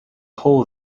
hole